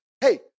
Hey